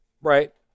Right